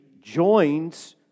joins